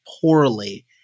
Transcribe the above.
poorly